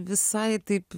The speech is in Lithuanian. visai taip